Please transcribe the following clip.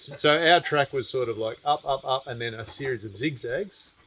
so our track was sort of like up, up, up, and then a series of zigzags.